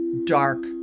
dark